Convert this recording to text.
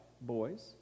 boys